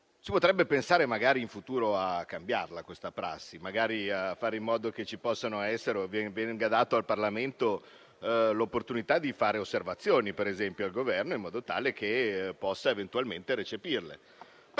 Si potrebbe pensare magari in futuro a cambiare questa prassi, magari a fare in modo che sia data al Parlamento l'opportunità di fare osservazioni al Governo, in modo tale che possa eventualmente recepirle.